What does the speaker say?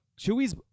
Chewie's